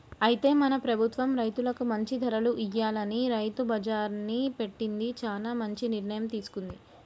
అయితే మన ప్రభుత్వం రైతులకు మంచి ధరలు ఇయ్యాలని రైతు బజార్ని పెట్టింది చానా మంచి నిర్ణయం తీసుకుంది